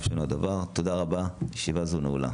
תודה רבה, הישיבה הזו נעולה.